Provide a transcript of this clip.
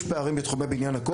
יש פערים בתחומי בניין הכוח.